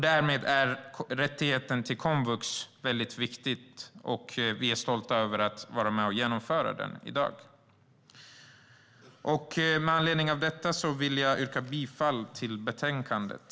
Därmed är rättigheten till komvux viktig, och vi är stolta över att vara med och genomföra den i dag. Med anledning av detta yrkar jag bifall till förslaget i betänkandet.